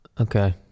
Okay